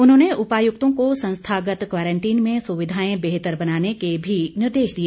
उन्होंने उपायुक्तों को संस्थागत क्वारंटीन में सुविधाएं बेहतर बनाने के भी निर्देश दिए